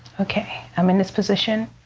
okay, i'm in this position.